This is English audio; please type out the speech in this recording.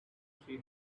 she